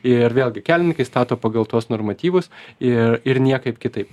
ir vėlgi kelininkai stato pagal tuos normatyvus ir ir niekaip kitaip